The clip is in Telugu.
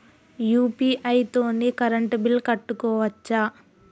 యూ.పీ.ఐ తోని కరెంట్ బిల్ కట్టుకోవచ్ఛా?